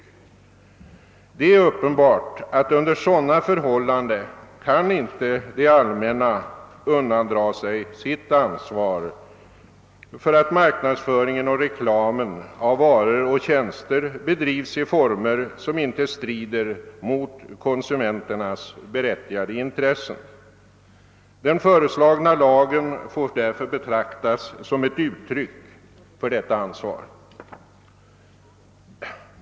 Det är uppenbart att det allmänna under sådana förhållanden inte kan undandra sig sitt ansvar för att marknadsföringen och reklamen av varor och tjänster bedrivs i former, som inte strider mot konsumenternas berättigade intressen. Den föreslagna lagen får därför betraktas som ett uttryck för detta ansvar.